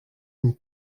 une